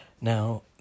now